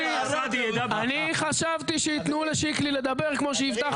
אני חשבתי שיתנו לשיקלי לדבר כמו שהבטחת.